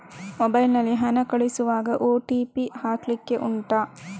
mobile ನಲ್ಲಿ ಹಣ ಕಳಿಸುವಾಗ ಓ.ಟಿ.ಪಿ ಹಾಕ್ಲಿಕ್ಕೆ ಉಂಟಾ